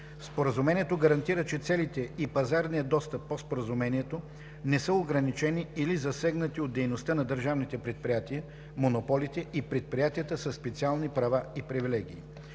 Споразумението гарантира, че целите и пазарният достъп по Споразумението не са ограничени или засегнати от дейността на държавните предприятия, монополите и предприятията със специални права и привилегии.